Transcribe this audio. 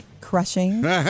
crushing